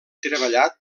treballat